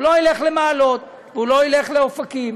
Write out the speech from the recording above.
הוא לא ילך למעלות, הוא לא ילך לאופקים